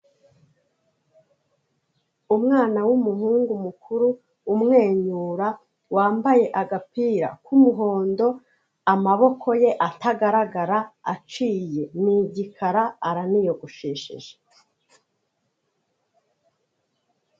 Umwana w'umuhungu mukuru umwenyura wambaye agapira k'umuhondo, amaboko ye atagaragara aciye, ni igikara araniyogoshesheje.